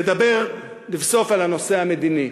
נדבר לבסוף על הנושא המדיני.